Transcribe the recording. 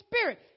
spirit